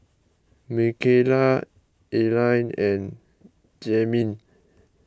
Makayla Aline and Jaheem